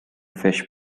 fish